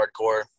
hardcore